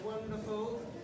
wonderful